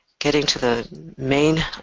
getting to the main